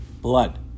blood